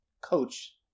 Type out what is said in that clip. coach